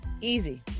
easy